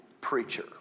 preacher